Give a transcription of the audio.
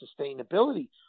sustainability